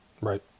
Right